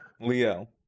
Leo